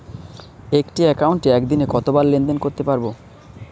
একটি একাউন্টে একদিনে কতবার লেনদেন করতে পারব?